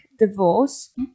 divorce